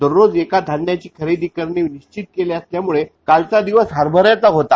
दररोज एका धान्याची खरेदी करणे निश्चित केल्यामुळे कालचा दिवस हरभऱ्याचा होता